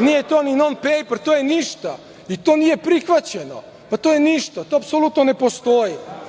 nije to ni not paper, to je ništa, i to nije prihvaćeno, pa to je ništa, to apsolutno ne postoji,